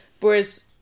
Whereas